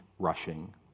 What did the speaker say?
rushing